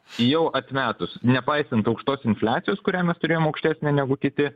jau atmetus nepaisant aukštos infliacijos kurią mes turėjom aukštesnę negu kiti